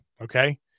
okay